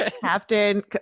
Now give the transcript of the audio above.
captain